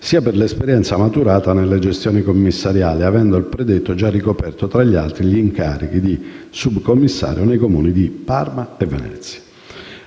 sia per l'esperienza maturata nelle gestioni commissariali, avendo il predetto già ricoperto, tra gli altri, gli incarichi di subcommissario dei Comuni di Parma e di Venezia.